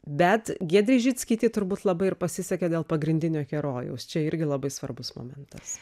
bet giedrei žickytei turbūt labai ir pasisekė dėl pagrindinio herojaus čia irgi labai svarbus momentas